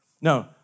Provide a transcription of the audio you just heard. No